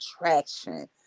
attraction